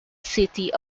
city